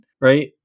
right